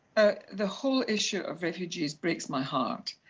the whole issue of refugees breaks my heart.